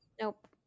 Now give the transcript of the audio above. Nope